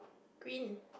green